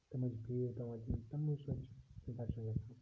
تِمَن چھِ فیٖڈ پٮ۪وان دِنۍ تِموٕے سۭتۍ چھِ اِنفیٚکشَن گژھان